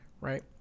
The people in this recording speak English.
right